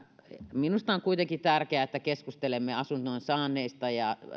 minusta on kuitenkin tärkeää että keskustelemme asunnon saanneista ja